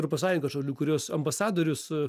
europos sąjungos šalių kurios ambasadorius